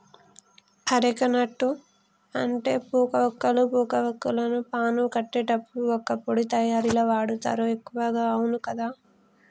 areca nut అంటే పోక వక్కలు, పోక వాక్కులను పాను కట్టేటప్పుడు వక్కపొడి తయారీల వాడుతారు ఎక్కువగా అవును కదా